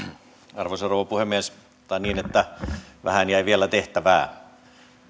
arvoisa rouva puhemies sanotaan niin että vähän jäi vielä tehtävää